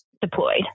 deployed